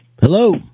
hello